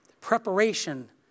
Preparation